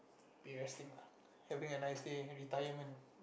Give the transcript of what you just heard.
be resting lah having a nice day have retirement